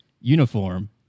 uniform